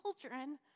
children